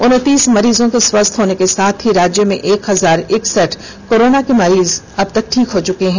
उन्तीस मरीजों के स्वस्थ होने के साथ ही राज्य में एक हजार एकसठ कोरोना के मरीज अबतक ठीक हो चुके हैं